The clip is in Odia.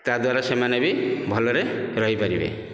ତାଦ୍ଵାରା ସେମାନେ ବି ଭଲରେ ରହିପାରିବେ